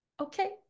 Okay